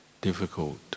difficult